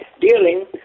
dealing